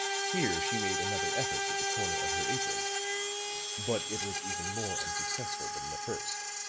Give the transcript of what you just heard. here she made another effort with the corner of her apron but it was even more unsuccessful than the first.